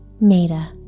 Maida